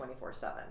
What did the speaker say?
24-7